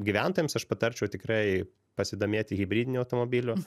gyventojams aš patarčiau tikrai pasidomėti hibridiniu automobiliu